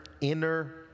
inner